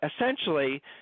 essentially